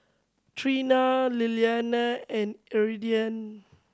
Treena Lilyana and Iridian